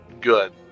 good